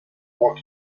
moi